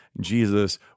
Jesus